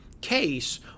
case